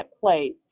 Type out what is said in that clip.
place